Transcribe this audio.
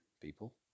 people